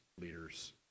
leaders